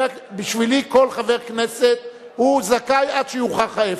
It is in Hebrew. בשבילי כל חבר כנסת הוא זכאי עד שיוכח ההיפך,